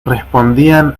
respondían